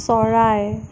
চৰাই